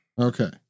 Okay